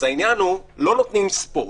אז העניין הוא שלא נותנים ספורט.